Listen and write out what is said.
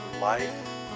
life